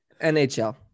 NHL